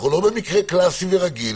אנחנו לא במקרה קלאסי ורגיל.